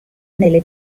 nelle